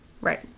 Right